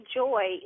joy